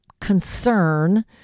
concern